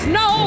no